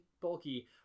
Bulky